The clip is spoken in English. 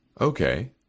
Okay